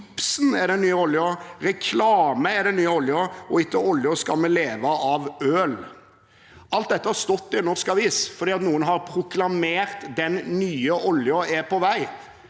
«Ibsen er den nye oljen», «Reklame er den nye oljen», og «Etter oljen skal vi leve av øl». Alt dette har stått i en norsk avis fordi noen har proklamert at den nye oljen er på vei.